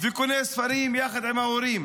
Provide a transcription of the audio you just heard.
וקונה ספרים יחד עם ההורים.